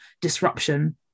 disruption